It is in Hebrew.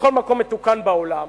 בכל מקום מתוקן בעולם,